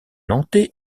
nantais